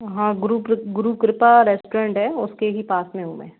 हाँ गुरू कृप गुरू कृपा रेस्टुरेंट है उसके ही पास में हूँ में